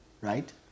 Right